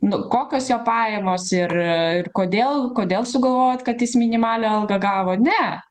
nu kokios jo pajamos ir kodėl kodėl sugalvojot kad jis minimalią algą gavo ne